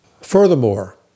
Furthermore